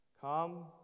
Come